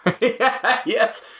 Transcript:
Yes